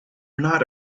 not